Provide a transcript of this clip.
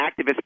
activists